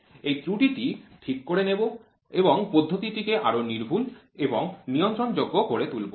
এই ত্রুটিটি ঠিক করে নেব এবং পদ্ধতিটিকে আরো সূক্ষ্ম এবং নিয়ন্ত্রণ যোগ্য করে তুলব